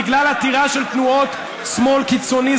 בגלל עתירה של תנועות שמאל קיצוני?